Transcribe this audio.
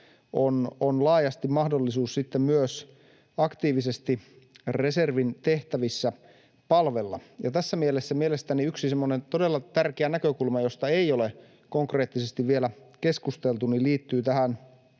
laajasti mahdollisuus sitten myös aktiivisesti reservin tehtävissä palvella. Ja tässä mielessä mielestäni yksi semmoinen todella tärkeä näkökulma, josta ei ole konkreettisesti vielä keskusteltu, liittyy näihin